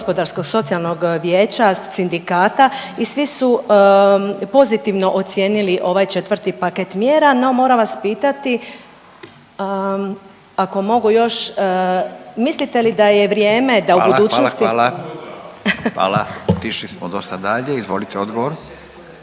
gospodarsko-socijalnog vijeća sindikata i svi su pozitivno ocijenili ovaj 4. paket mjera. No moram vas pitati, ako mogu još, mislite li da je vrijeme da u budućnosti… **Radin, Furio (Nezavisni)** Hvala, hvala, hvala, hvala, otišli smo dosta dalje. Izvolite odgovor.